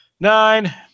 Nine